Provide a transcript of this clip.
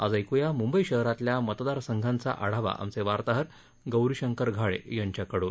आज ऐक्या मुंबई शहरातल्या मतदार संघांचा आढावा आमचे वार्ताहर गौरीशंकर घाळे यांच्या कडून